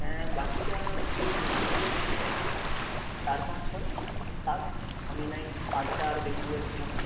হ্যাঁ বাকিটা তুই মিড মিডিলের দিকটা তোর চার পাঁচ ছয় সাত আমি না হয় আটটা আরও দেখে নেব একটুখানি